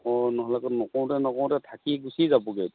অঁ নহ'লে আকৌ নকৰোঁতে নকৰোঁতে থাকি গুচি যাবগৈ